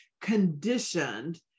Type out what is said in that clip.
conditioned